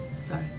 Sorry